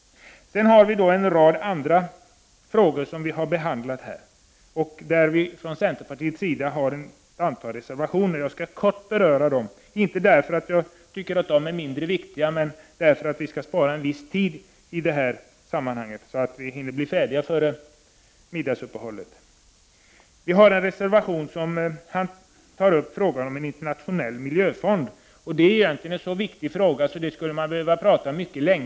Även en rad andra frågor behandlas i betänkandet, och vi har från centern fogat ett antal reservationer om detta till betänkandet. Jag skall endast kortfattat ta upp dessa reservationer, inte för att jag anser att de är mindre viktiga utan för att spara tid, så att vi hinner bli färdiga med denna ärendebehandling till kl. 18. Centerpartiet har tillsammans med folkpartiet, vpk och miljöpartiet fogat reservation 2 om en internationell miljöfond till betänkandet. Det är egentligen en så viktig fråga att jag skulle behöva tala länge om den.